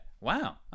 Wow